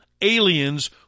aliens